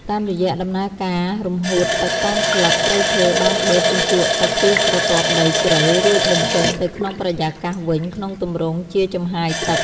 តាមរយៈដំណើរការរំហួតទឹកតាមស្លឹក ព្រៃឈើបានបឺតជញ្ជក់ទឹកពីស្រទាប់ដីជ្រៅ រួចបញ្ចេញទៅក្នុងបរិយាកាសវិញក្នុងទម្រង់ជាចំហាយទឹក។